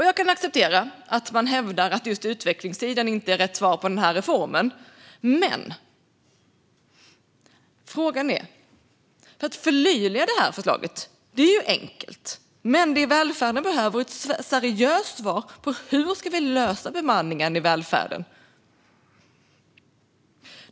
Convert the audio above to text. Jag kan acceptera att man hävdar att just utvecklingstiden inte är rätt svar på den här reformen. Det är dock enkelt att förlöjliga det här förslaget, samtidigt som det välfärden faktiskt behöver är ett seriöst svar på frågan hur vi ska lösa bemanningen i välfärden.